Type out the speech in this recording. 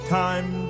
time